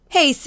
Hey